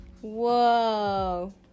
Whoa